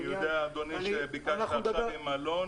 אני יודע, אדוני, שביקשת עכשיו עם אלון.